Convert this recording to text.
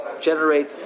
generate